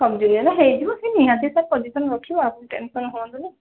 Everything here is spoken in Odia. ସଵ୍ ଜୁନିୟରରେ ହେଇଯିବ ସେ ନିହାତି ତା ପୋଜିସନ୍ ରଖିବ ଆପଣ ଟେନସନ୍ ହୁଅନ୍ତୁନି